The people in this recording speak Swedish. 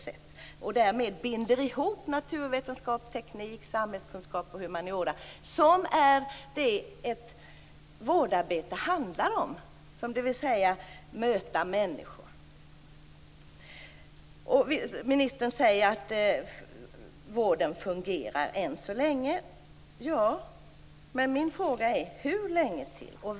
Man kan där binda ihop naturvetenskap, teknik, samhällskunskap och humaniora, dvs. det som vårdarbetet handlar om. Det gäller att möta människor. Ministern säger att vården fungerar än så länge, men min fråga är: Hur länge till?